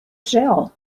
gel